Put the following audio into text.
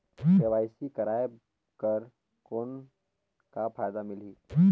KYC कराय कर कौन का फायदा मिलही?